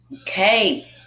okay